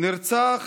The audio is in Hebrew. נרצח